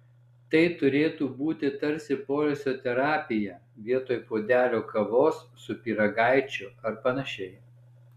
tai turėtų būti tarsi poilsio terapija vietoj puodelio kavos su pyragaičiu ar panašiai